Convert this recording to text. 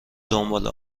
دنبال